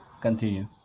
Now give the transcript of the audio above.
Continue